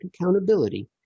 accountability